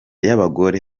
y’abagore